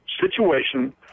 situation